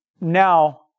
now